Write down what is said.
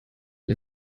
den